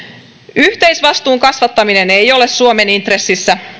yhteisvastuun kasvattaminen ei ole suomen intressissä